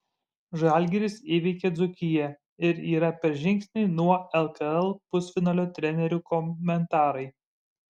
žalgiris įveikė dzūkiją ir yra per žingsnį nuo lkl pusfinalio trenerių komentarai